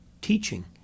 teaching